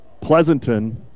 Pleasanton